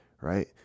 right